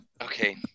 okay